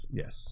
yes